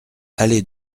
allée